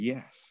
Yes